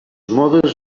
modes